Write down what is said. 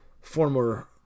Former